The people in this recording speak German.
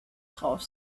drauf